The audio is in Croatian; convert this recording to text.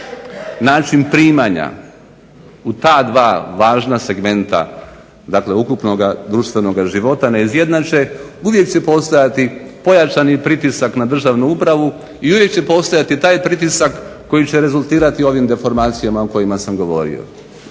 način primanja u ta dva važna segmenta, dakle ukupnoga društvenoga života, ne izjednače uvijek će postojati pojačani pritisak na državnu upravu i uvijek će postojati taj pritisak koji će rezultirati ovim deformacijama o kojima sam govorio.